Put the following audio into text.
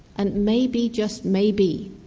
and maybe, just maybe,